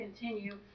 continue